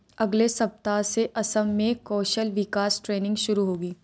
अगले सप्ताह से असम में कौशल विकास ट्रेनिंग शुरू होगी